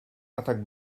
attack